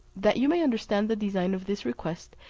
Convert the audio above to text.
that you may understand the design of this request,